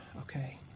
Okay